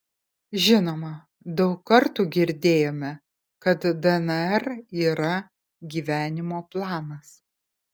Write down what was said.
žinoma daug kartų girdėjome kad dnr yra gyvenimo planas